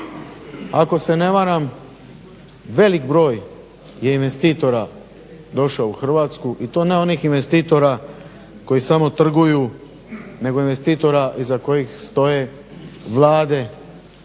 Ako se ne varam velik je broj investitora došao u Hrvatsku i to ne onih investitora koji samo trguju, nego investitora iza kojih stoje vlade što